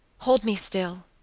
hold me still.